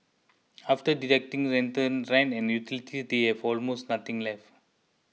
after deducting rent and utilities they have almost nothing left